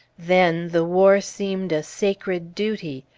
then, the war seemed a sacred duty,